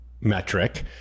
metric